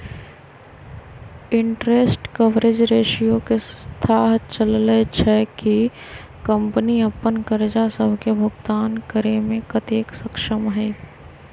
interest coverage ratio से थाह चललय छै कि कंपनी अप्पन करजा सभके भुगतान करेमें कतेक सक्षम हइ